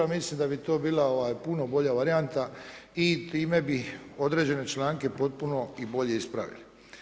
Mislim da bi to bila puno bolja varijanta i time bi određene članke potpuno i bolje ispravili.